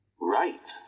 Right